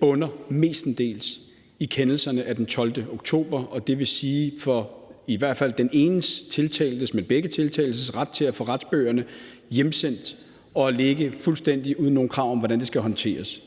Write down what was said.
bunder mestendels i kendelserne af den 12. oktober, dvs. om i hvert fald den ene tiltaltes, men også den anden tiltaltes ret til at få retsbøgerne hjemsendt fuldstændig uden nogen krav om, hvordan det skal håndteres.